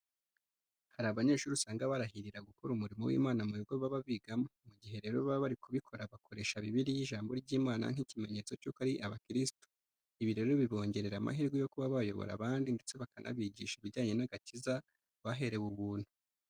Hari abanyeshuri usanga barahirira gukora umurimo w'Imana mu bigo baba bigamo. Mu gihe rero baba bari kubikora bakoresha Bibiliya ijambo ry'Imana nk'ikimenyetso cyuko ari abakirisito. Ibi rero bibongerera amahirwe yo kuba bayobora abandi ndetse bakanabigisha ibijyanye n'agakiza baherewe ubuntu.